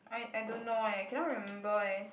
I I don't know eh cannot remember eh